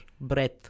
breath